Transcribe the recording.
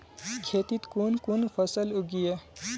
खेतीत कुन कुन फसल उगेई?